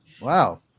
Wow